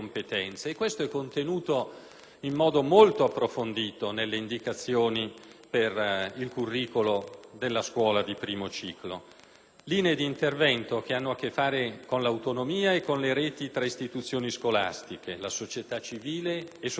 in modo molto approfondito nelle indicazioni per il *curriculum* della scuola di primo ciclo. Sono quindi necessarie linee di intervento che hanno a che fare con l'autonomia e con le reti tra istituzioni scolastiche, la società civile e, soprattutto, il territorio, a partire